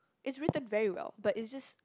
it's written very well but it's just